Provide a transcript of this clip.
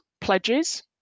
pledges